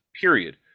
period